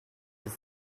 this